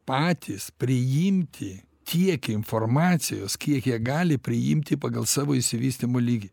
patys priimti tiek informacijos kiek jie gali priimti pagal savo išsivystymo lygį